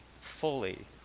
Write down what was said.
fully